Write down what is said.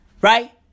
Right